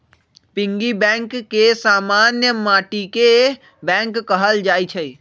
piggy bank के समान्य माटिके बैंक कहल जाइ छइ